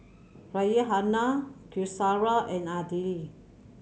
Raihana Qaisara and Aidil